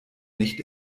nicht